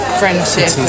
friendship